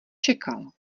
čekal